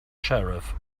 sheriff